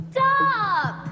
Stop